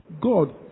God